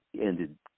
ended